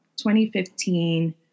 2015